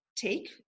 take